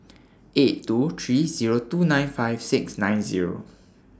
eight two three Zero two nine five six nine Zero